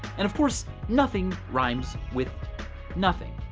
and, of course, nothing rhymes with nothing.